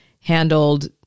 handled